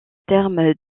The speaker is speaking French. terme